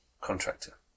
contractor